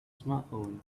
smartphone